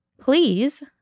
please